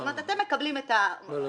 זאת אומרת, אתם מקבלים את המודל המלא.